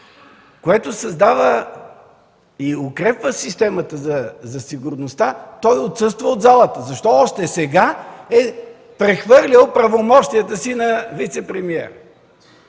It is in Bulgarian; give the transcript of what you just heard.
което създава и укрепва системата за сигурността, той отсъства от залата? Защо още сега е прехвърлил правомощията си на вицепремиера?